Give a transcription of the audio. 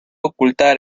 ocultar